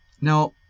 Now